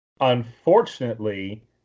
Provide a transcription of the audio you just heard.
unfortunately